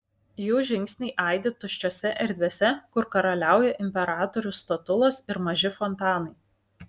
jų žingsniai aidi tuščiose erdvėse kur karaliauja imperatorių statulos ir maži fontanai